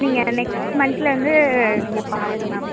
நீங்கள் நெக்ஸ்ட் மன்த்லேருந்து நீங்கள் பாருங்க மேம்